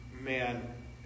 Man